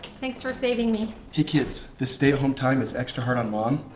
thanks for saving me. hey kids, this stay at home time is extra hard on mom,